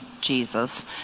Jesus